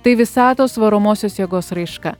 tai visatos varomosios jėgos raiška